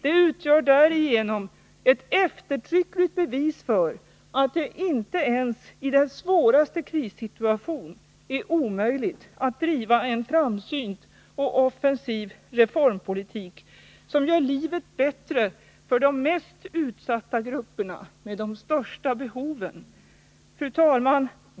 Det utgör därigenom också ett eftertryckligt bevis för att det inte ens i den svåraste krissituation är omöjligt att driva en framsynt och offensiv reformpolitik som gör livet bättre för de mest utsatta grupperna med de största behoven. Fru talman!